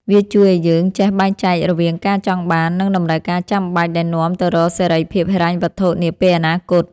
វាជួយឱ្យយើងចេះបែងចែករវាង ការចង់បាន និង តម្រូវការចាំបាច់ ដែលនាំទៅរកសេរីភាពហិរញ្ញវត្ថុនាពេលអនាគត។